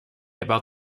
about